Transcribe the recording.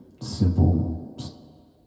simple